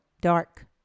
Dark